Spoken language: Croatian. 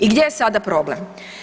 I gdje je sada problem?